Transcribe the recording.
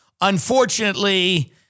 Unfortunately